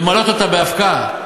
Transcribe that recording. למלא אותה באבקה.